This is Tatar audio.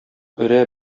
өрә